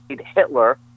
Hitler